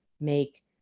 make